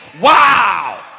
wow